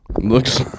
Looks